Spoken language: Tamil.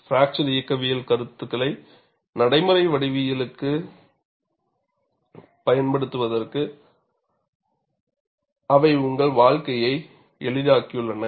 பிராக்சர் இயக்கவியல் கருத்துக்களை நடைமுறை வடிவியலுக்குப் பயன்படுத்துவதற்கு அவை உங்கள் வாழ்க்கையை எளிதாக்கியுள்ளன